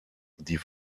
die